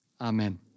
Amen